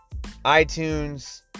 iTunes